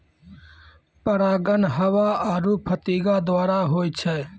परागण हवा आरु फतीगा द्वारा होय छै